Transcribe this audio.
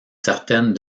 certaines